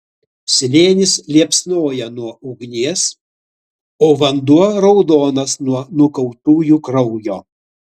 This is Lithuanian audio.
slėnis liepsnoja nuo ugnies o vanduo raudonas nuo nukautųjų kraujo